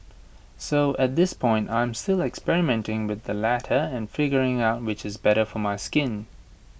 so at this point I'm still experimenting with the latter and figuring out which is better for my skin